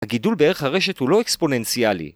הגידול בערך הרשת הוא לא אקספוננציאלי.